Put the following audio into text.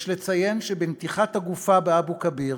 יש לציין שבנתיחת הגופה באבו-כביר